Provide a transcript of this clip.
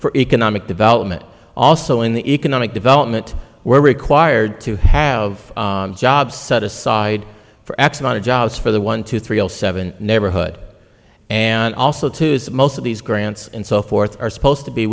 for economic development also in the economic development were required to have jobs set aside for x amount of jobs for the one two three seven neighborhood and also to some most of these grants and so forth are supposed to be